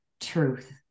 truth